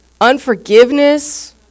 Unforgiveness